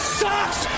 sucks